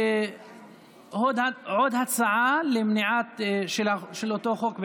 עוד הצעה של אותו חוק,